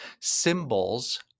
symbols